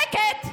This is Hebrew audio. זאת ההצדקה, שקט.